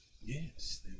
Yes